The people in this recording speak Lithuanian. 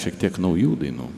šiek tiek naujų dainų